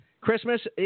Christmas